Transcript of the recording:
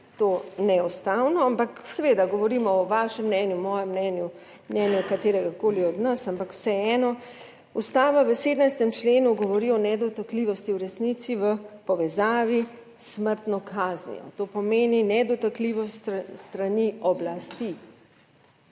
to neustavno, ampak seveda, govorimo o vašem mnenju, mojem mnenju, mnenju katerega koli od nas, ampak vseeno, Ustava v 17. členu govori o nedotakljivosti v resnici v povezavi s smrtno kaznijo. To pomeni nedotakljivost strani oblasti.